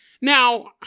Now